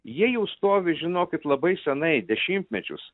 jie jau stovi žinokit labai senai dešimtmečius